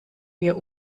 wir